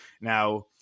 Now